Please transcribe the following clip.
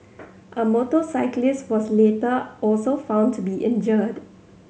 a motorcyclist was later also found to be injured